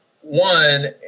one